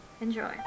Enjoy